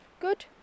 Good